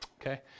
Okay